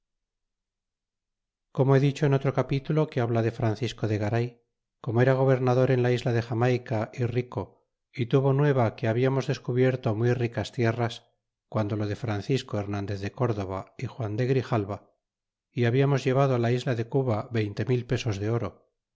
como he dicho en otro capitulo que habla de francisco de garay como era gobernador en la isla de jamayca é rico y tuvo nueva que hablamos descubierto muy ricastierras guando lo de francisco hernandez de córdoba é juan de grijalva y hablamos llevado á la isla de cuba veinte mil pesos de oro